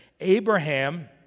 Abraham